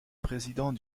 président